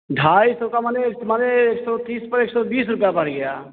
ढाई सौ का माने माने एक सौ तीस पर एक सौ बीस रुपये बढ़ गया